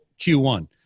Q1